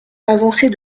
l’avancée